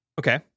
Okay